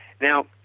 Now